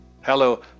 Hello